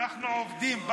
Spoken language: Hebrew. אנחנו עובדים.